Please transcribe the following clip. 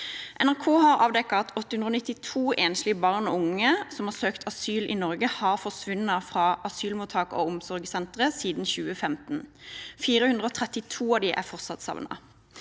NRK har avdekket at 892 enslige barn og unge som har søkt asyl i Norge, har forsvunnet fra asylmottak og omsorgssentre siden 2015. 432 av dem er fortsatt savnet.